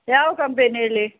ಯಾವ ಕಂಪೆನಿ ಹೇಳಿ